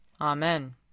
Amen